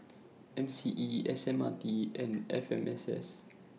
M C E S M R T and F M S S